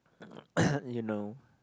you know